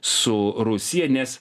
su rusija nes